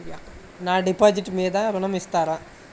నా డిపాజిట్ మీద ఋణం ఇస్తారా?